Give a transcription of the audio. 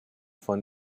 von